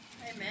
Amen